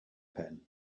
pen